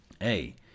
Hey